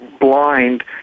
blind